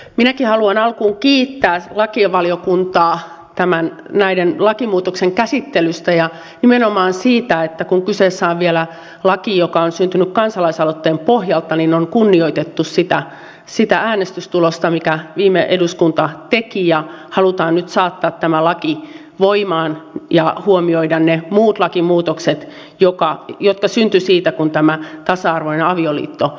minäkin haluan alkuun kiittää lakivaliokuntaa näiden lakimuutosten käsittelystä ja nimenomaan siitä että kun kyseessä on vielä laki joka on syntynyt kansalaisaloitteen pohjalta niin on kunnioitettu sitä äänestystulosta minkä viime eduskunta teki ja halutaan nyt saattaa tämä laki voimaan ja huomioida ne muut lakimuutokset jotka syntyivät siitä kun tämä tasa arvoinen avioliitto hyväksyttiin